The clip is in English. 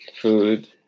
food